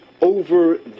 over